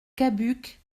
cabuc